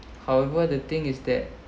however the thing is that